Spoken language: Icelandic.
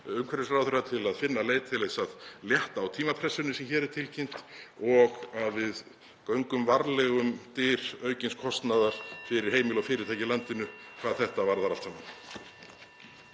umhverfisráðherra til að finna leið til að létta á tímapressunni sem hér er tilkynnt og að við göngum varlega um dyr aukins kostnaðar fyrir heimili og fyrirtæki í landinu hvað þetta varðar allt saman.